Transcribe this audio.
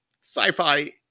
sci-fi